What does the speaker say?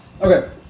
Okay